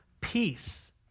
peace